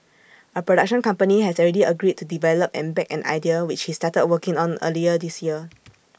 A production company has already agreed to develop and back an idea which he started working on earlier this year